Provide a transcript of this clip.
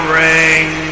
ring